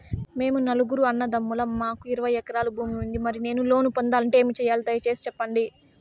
మేము నలుగురు అన్నదమ్ములం మాకు ఇరవై ఎకరాల భూమి ఉంది, మరి నేను లోను పొందాలంటే ఏమి సెయ్యాలి? దయసేసి సెప్పండి?